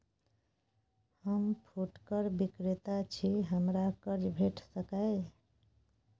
हम फुटकर विक्रेता छी, हमरा कर्ज भेट सकै ये?